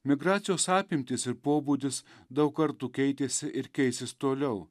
migracijos apimtys ir pobūdis daug kartų keitėsi ir keisis toliau